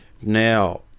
Now